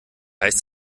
heißt